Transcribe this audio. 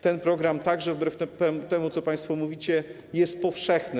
Ten program także, wbrew temu, co państwo mówicie, jest powszechny.